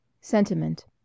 sentiment